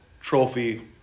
trophy